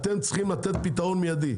אתם צריכים לתת פתרון מידי,